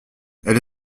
elle